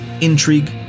intrigue